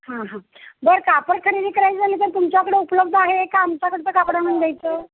हां हां बरं कापड खरेदी करायचं झालं तर तुमच्याकडे उपलब्ध आहे का आमच्याकडचं कापड आणून द्यायचं